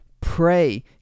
pray